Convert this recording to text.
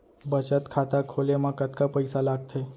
बचत खाता खोले मा कतका पइसा लागथे?